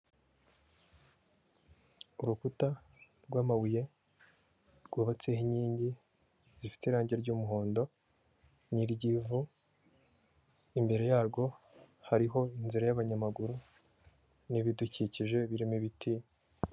Urukuta rw'amabuye, rwubatseho inkingi, zifite irangi ry'umuhondo, n'iryivu, imbere yarwo, hariho inzira y'abanyamaguru n'ibidukikije, birimo ibiti.